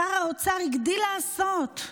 שר האוצר הגדיל לעשות,